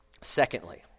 Secondly